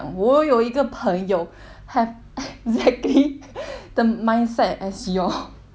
have exactly the mindset as your as you 你知道吗 but